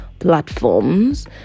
platforms